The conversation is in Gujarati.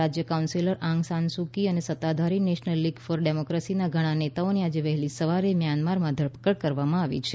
સરકારના રાજ્ય councillor Aung San Suu Kyi અને સત્તાધારી નેશનલ લીગ ફોર ડેમોક્રેસીના ઘણા નેતાઓની આજે વહેલી સવારે મ્યાનમારમાં ધરપકડ કરવામાં આવી છે